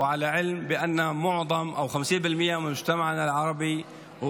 (אומר דברים בשפה הערבית,